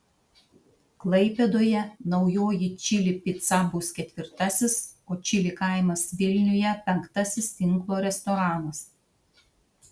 klaipėdoje naujoji čili pica bus ketvirtasis o čili kaimas vilniuje penktasis tinklo restoranas